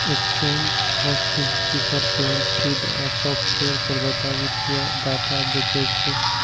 exchange, hosting, ticker plant feed आ software प्रदाता वित्तीय डाटा बेचै छै